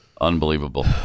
Unbelievable